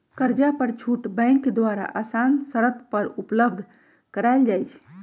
कर्जा पर छुट बैंक द्वारा असान शरत पर उपलब्ध करायल जाइ छइ